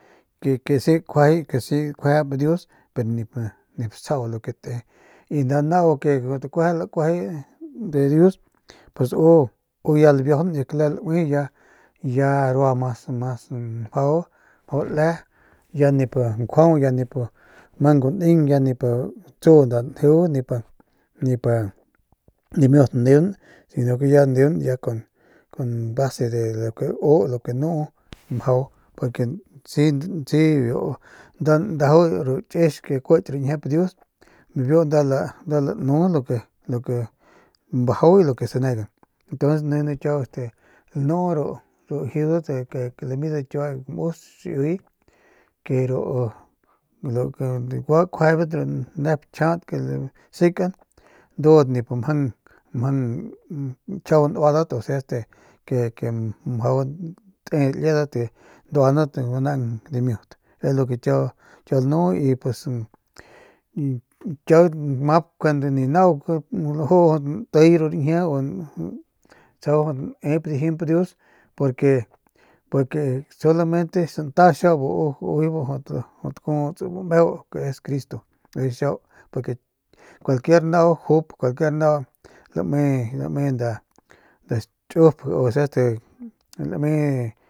Ke si kjuajay ke si kjuajayp dius pero nip stsjau lu ke te y nda nau ke jut kueje lakuajay de dius pus u u ya labiajaun ya cle laui ya ya rua ya mas mas mjau le ya nip njuau ya nip mang guneng ya nip tsu nda njeu nip nip a dimiut neung si no ke ya neung kun base de lo ke u lo ke nuu mjau si si nda ndajau ru kix ke kuich ru ñjiep dius biu nda lanu lu ke lu ke es bajau y ke es sanegan ntonces nijiy kiau lanuu ru jiudat ke ke lami kiua biu kamus xiuy y ru kjuajaybat ru nep kjiat ke lasekan ndudat nip mjang mjang nkjiau nuadat este ke mjau tate liedat ke nduanat dimiut es lo ke kiau lanu y pus y kiau lamap kuandu ni nau laju latiy ru rañjie u tsjau nep dijimp dius porque porque solamente santa ujuy bu jut dakuuts bu meu es cristo ujuy xiau porque cualquier nau jup cualquier nau lame lame nda xchup osea este lame.